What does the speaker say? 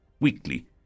Weekly